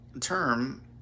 term